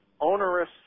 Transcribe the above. onerous